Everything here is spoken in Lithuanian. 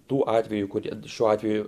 tų atvejų kurie šiuo atveju